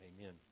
amen